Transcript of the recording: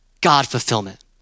God-fulfillment